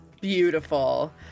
Beautiful